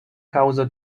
kaŭzo